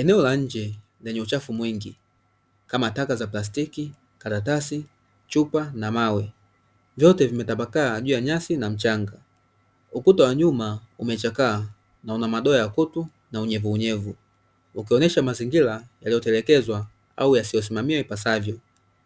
Eneo la nje lenye uchafu mwingi kama taka za plastiki karatasi chupa na mawe, vyote vimetapakaa juu ya nyasi na mchanga ukuta wa nyuma umechakaa na una madoa ya kutu na unyevu unyevu, ukionyesha mazingira yaliyotelekezwa au yasiyosimamiwa ipasavyo,